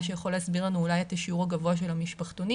מה שיכול להסביר לנו אולי את השיעור הגבוה של המשפחתונים,